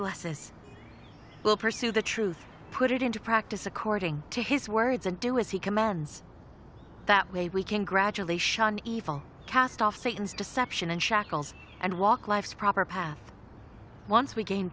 bless us will pursue the truth put it into practice according to his words and do as he commands that way we can gradually shun evil cast off satan's deception and shackles and walk life's proper path once we gain